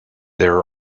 there